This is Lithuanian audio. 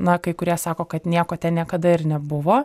na kai kurie sako kad nieko ten niekada ir nebuvo